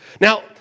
Now